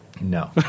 No